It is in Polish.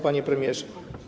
Panie Premierze!